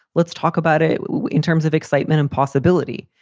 let's talk about it in terms of excitement and possibility.